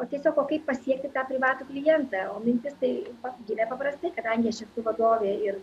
o tiesiog o kaip pasiekti tą privatų klientą o mintis tai gimė paprastai kadangi aš esu vadovė ir